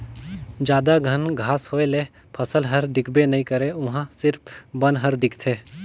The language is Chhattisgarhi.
जादा घन घांस होए ले फसल हर दिखबे नइ करे उहां सिरिफ बन हर दिखथे